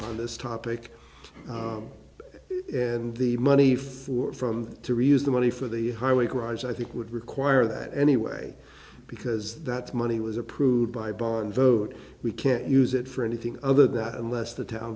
on this topic and the money for from to reuse the money for the highway garage i think would require that anyway because that money was approved by bond vote we can't use it for anything other that unless the town